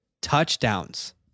touchdowns